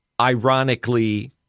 ironically